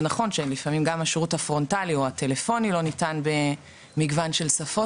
זה נכון שלפעמים גם השירות הפרונטלי או הטלפוני לא ניתן במגוון של שפות,